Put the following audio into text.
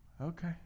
Okay